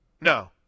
No